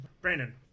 Brandon